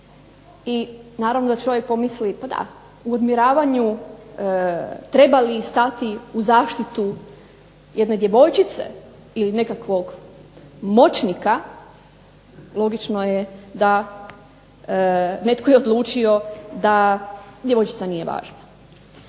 I naravno da će ovaj pomislit pa da, u odmjeravanju treba li stati u zaštitu jedne djevojčice ili nekakvog moćnika logično je da netko je odlučio da djevojčica nije važna.